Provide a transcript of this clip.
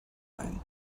ein